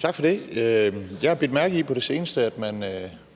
Tak for det. Jeg har bidt mærke i på det seneste, at man